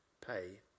pay